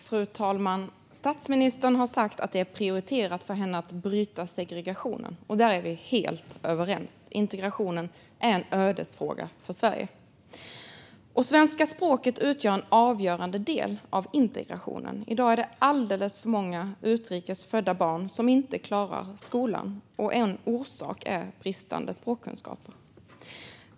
Fru talman! Statsministern har sagt att det är prioriterat för henne att bryta segregationen. Där är vi helt överens. Integrationen är en ödesfråga för Sverige. Svenska språket utgör en avgörande del av integrationen. I dag är det alldeles för många utrikes födda barn som inte klarar skolan, och en orsak är bristande språkkunskaper.